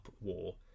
war